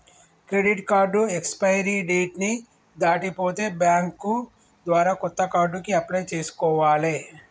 credit card expiry date ని దాటిపోతే bank ద్వారా కొత్త కార్డుకి అప్లై చేసుకోవాలే